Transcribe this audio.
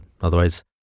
Otherwise